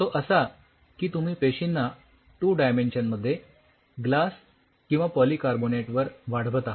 तो असा की तुम्ही पेशींना टू डायमेन्शन मध्ये ग्लास किंवा पॉलीकार्बोनेट वर वाढवत आहात